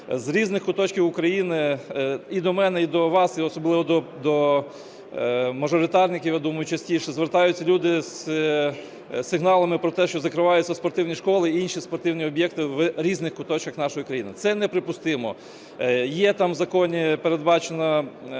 З різних куточків України і до мене, і до вас, і особливо до мажоритарників, я думаю, частіше звертаються люди з сигналами про те, що закриваються спортивні школи і інші спортивні об'єкти в різних куточках нашої країни. Це неприпустимо. Є там в законі передбачено